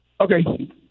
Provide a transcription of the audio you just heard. Okay